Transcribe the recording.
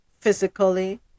physically